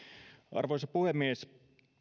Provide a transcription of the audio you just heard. arvoisa puhemies